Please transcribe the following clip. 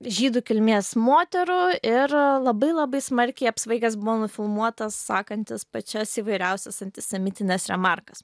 žydų kilmės moterų ir labai labai smarkiai apsvaigęs buvo nufilmuotas sakantis pačias įvairiausias antisemitines remarkas